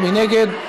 מי נגד?